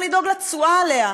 שצריך לדאוג לתשואה עליה,